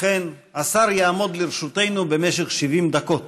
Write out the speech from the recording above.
לכן, השר יעמוד לרשותנו במשך 70 דקות.